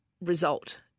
result